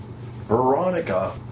Veronica